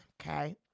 okay